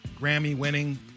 Grammy-winning